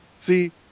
see